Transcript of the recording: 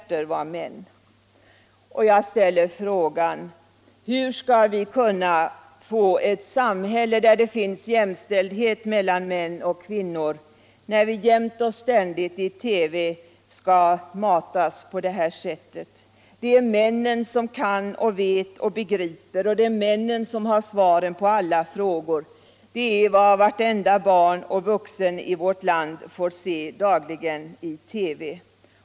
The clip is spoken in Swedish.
Jag ställer frågan: Hur skall vi kunna få ett samhälle där det finns jämställdhet mellan män och kvinnor när vi jämt och ständigt i TV skall matas på det här sättet? Det är männen som kan och vet och begriper och det är männen som har svaren på alla frågor — det är vad vartenda barn och varenda vuxen i vårt land dagligen får se i TV.